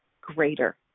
greater